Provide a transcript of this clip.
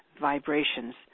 vibrations